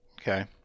Okay